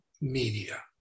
media